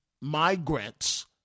migrants